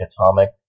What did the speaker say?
Atomic